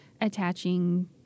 attaching